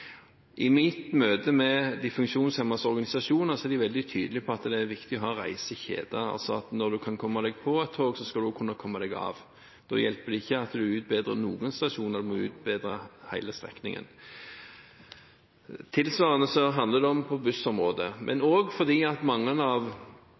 I mitt møte med de funksjonshemmedes organisasjoner er de veldig tydelige på at det er viktig å ha reisekjeder, altså at når du kan komme deg på et tog, skal du også kunne komme deg av. Da hjelper det ikke at en utbedrer noen stasjoner, da må en utbedre hele strekningen. Tilsvarende er det på bussområdet. Men